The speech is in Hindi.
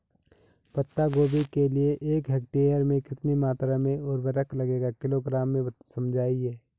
पत्ता गोभी के लिए एक हेक्टेयर में कितनी मात्रा में उर्वरक लगेगा किलोग्राम में समझाइए?